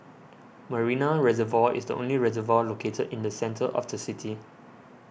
Marina Reservoir is the only reservoir located in the centre of the city